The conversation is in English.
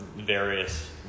various